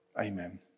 amen